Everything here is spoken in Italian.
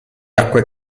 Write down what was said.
acque